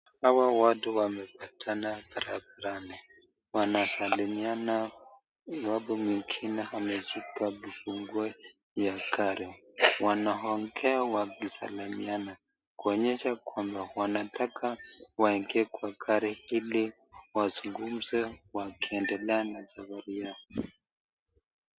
Hawa watu wamepatana barabarani wanasalimiana iwapo mwingine ameshika kifunguo ya gari wanaongea wakisalamiana kuonyesha kwamba wanataka waingie kwa gari ili wazungumze wakiendelea na safari yao.